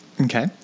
Okay